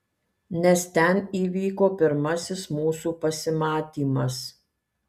nes ten įvyko pirmasis mūsų pasimatymas